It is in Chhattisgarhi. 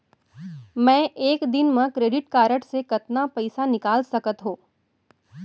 मैं एक दिन म क्रेडिट कारड से कतना पइसा निकाल सकत हो?